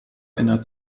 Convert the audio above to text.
einer